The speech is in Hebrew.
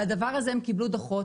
על הדבר הזה הם קיבלו דוחות.